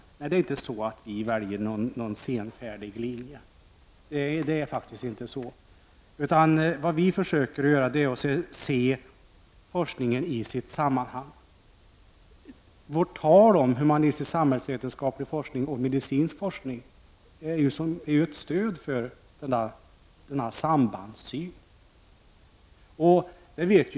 Det är faktiskt inte så att vi väljer en senfärdig linje. Vad vi försöker att göra är att se forskningen i sitt sammanhang. Vårt tal om humanistisk-samhällsvetenskaplig forskning och medicinsk forskning är ett stöd för en sambandssyn.